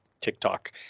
tiktok